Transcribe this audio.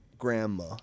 grandma